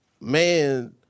man